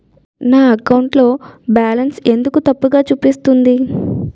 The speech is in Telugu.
నా అకౌంట్ లో బాలన్స్ ఎందుకు తప్పు చూపిస్తుంది?